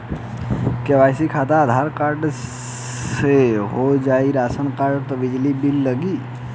KYC खाली Aadhaar card से हो जाए कि राशन कार्ड अउर बिजली बिल भी लगी?